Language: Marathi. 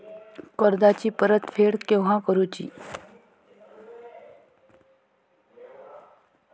कर्जाची परत फेड केव्हा करुची?